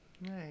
Nice